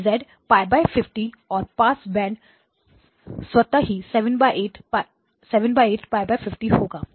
G π 50 और pass band स्वता ही 78 50 होगा